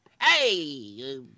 Hey